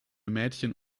mädchen